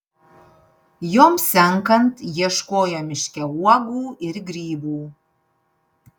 joms senkant ieškojo miške uogų ir grybų